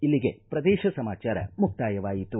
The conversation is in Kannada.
ಇಲ್ಲಿಗೆ ಪ್ರದೇಶ ಸಮಾಚಾರ ಮುಕ್ತಾಯವಾಯಿತು